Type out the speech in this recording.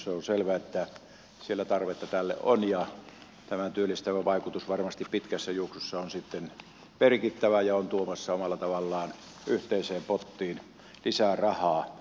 se on selvä että siellä tarvetta tälle on ja tämän työllistävä vaikutus varmasti pitkässä juoksussa on sitten merkittävä ja on tuomassa omalla tavallaan yhteiseen pottiin lisää rahaa